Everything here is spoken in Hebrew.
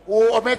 (תיקון,